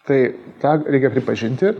tai tą reikia pripažinti